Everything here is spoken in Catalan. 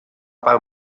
part